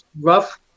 rough